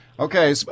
Okay